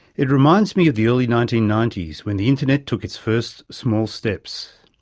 it reminds me of the early nineteen ninety s when the internet took its first small steps.